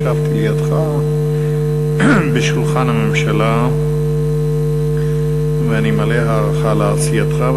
ישבתי לידך בשולחן הממשלה ואני מלא הערכה לעשייתך.